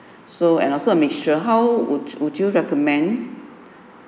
so and also a mixture how would would you recommend